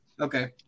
Okay